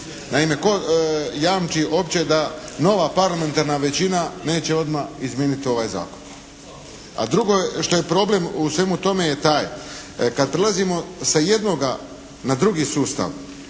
Naime, tko jamči uopće da nova parlamentarna većina neće odmah izmijeniti ovaj zakon? A drugo je što je problem u svemu tome je da kad prelazimo sa jednoga na drugi sustav,